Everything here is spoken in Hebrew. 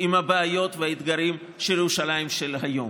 עם הבעיות והאתגרים של ירושלים של היום.